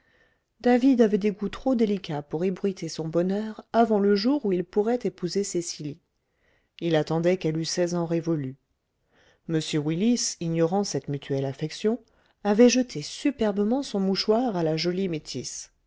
david avait des goûts trop délicats pour ébruiter son bonheur avant le jour où il pourrait épouser cecily il attendait qu'elle eût seize ans révolus m willis ignorant cette mutuelle affection avait jeté superbement son mouchoir à la jolie métisse